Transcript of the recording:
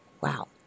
Wow